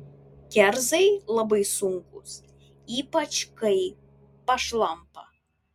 kerzai labai sunkūs ypač kai pašlampa